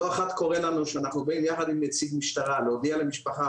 לא אחת קורה לנו שאנחנו באים יחד עם נציג משטרה להודיע למשפחה,